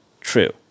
true